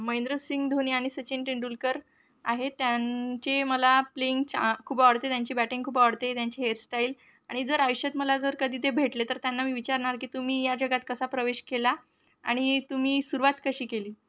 महेंद्रसिंग धोनी आणि सचिन तेंडुलकर आहे त्यांचे मला प्लेइंग छा खूप आवडते त्यांची बॅटिंग खूप आवडते त्यांची हेअरस्टाईल आणि जर आयुष्यात मला जर कधी ते भेटले तर त्यांना मी विचारणार की तुम्ही या जगात कसा प्रवेश केला आणि तुम्ही सुरुवात कशी केली